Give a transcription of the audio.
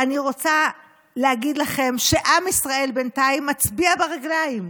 אני רוצה להגיד לכם שעם ישראל בינתיים מצביע ברגליים.